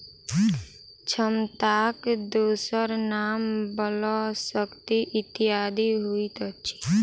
क्षमताक दोसर नाम बल, शक्ति इत्यादि होइत अछि